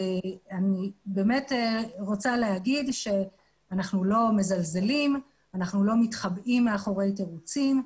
אני רוצה לומר שאנחנו לא מזלזלים ואנחנו לא מתחבאים מאחורי תירוצים.